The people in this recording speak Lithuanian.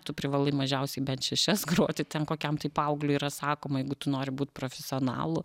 tu privalai mažiausiai bent šešias groti ten kokiam tai paaugliui yra sakoma jeigu tu nori būt profesionalu